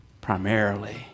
primarily